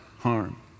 harm